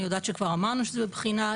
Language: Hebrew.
אני יודעת שכבר אמרנו שזה בבחינה,